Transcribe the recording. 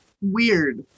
Weird